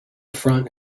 front